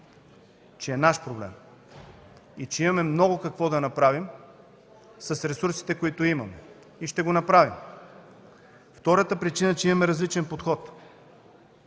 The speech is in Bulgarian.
че е наш проблем, и че имаме много какво да направим с ресурсите, които имаме, и ще го направим. Втората причина е, че имаме различен подход.